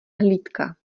hlídka